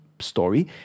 Story